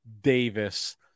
Davis